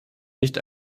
nicht